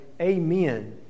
amen